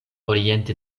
oriente